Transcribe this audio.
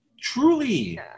Truly